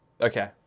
Okay